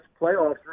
playoffs